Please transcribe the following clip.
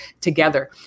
together